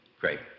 Great